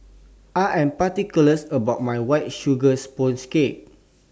I Am particular about My White Sugar Sponge Cake